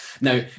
Now